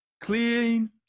Clean